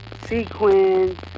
sequins